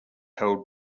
held